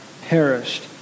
perished